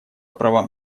правам